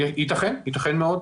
ייתכן, ייתכן מאוד.